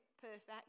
perfect